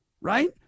Right